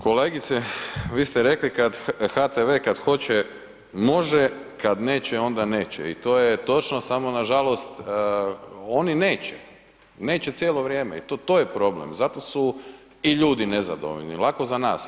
Kolegice, vi ste rekli, HTV kad hoće može, kada neće onda neće i to je točno, samo nažalost oni neće, neće cijelo vrijeme i to je problem zato su i ljudi nezadovoljni, lako za nas.